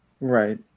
Right